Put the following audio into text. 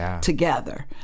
together